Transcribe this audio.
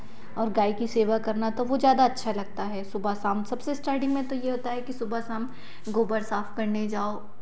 और गाय की सेवा करना तो वह ज़्यादा अच्छा लगता है सुबह शाम सबसे स्टर्डिंग में तो यह होता है कि सुबह शाम गोबर साफ़ करने जाओ